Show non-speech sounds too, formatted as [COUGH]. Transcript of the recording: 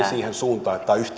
[UNINTELLIGIBLE] siihen suuntaan että tämä on